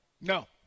No